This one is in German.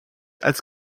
als